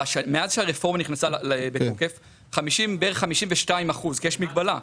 מאז הרפורמה נכנסה לתוקף אחוזים, כי יש מגבלה.